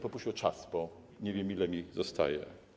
Poprosiłbym o czas, bo nie wiem, ile mi zostaje.